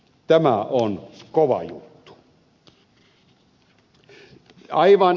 tämä on kova juttu